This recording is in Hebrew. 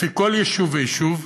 לפי כל יישוב ויישוב,